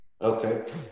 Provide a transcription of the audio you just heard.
Okay